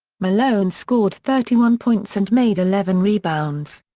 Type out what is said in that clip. malone scored thirty one points and made eleven rebounds.